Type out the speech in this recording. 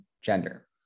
gender